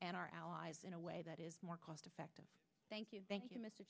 and our allies in a way that is more cost effective thank you thank you m